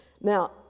Now